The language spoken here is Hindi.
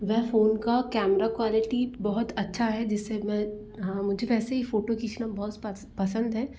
वह फ़ोन का कैमरा क्वालिटी बहुत अच्छा है जिससे मैं हाँ मुझे वैसे ही फ़ोटो खींचना बहुत पसंद है